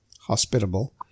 hospitable